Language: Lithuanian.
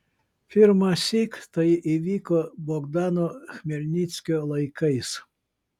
pirmąsyk tai įvyko bogdano chmelnickio laikais